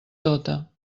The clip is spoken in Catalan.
tota